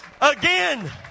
Again